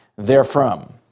therefrom